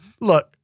Look